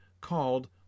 called